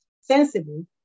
sensibly